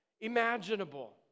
imaginable